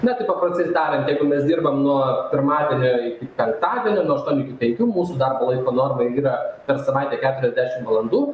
na tai paprastai tariant jeigu mes dirbam nuo pirmadienio iki penktadienio nuo aštuonių iki penkių mūsų darbo laiko norma yra per savaitę keturiasdešimt valandų